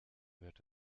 wird